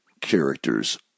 characters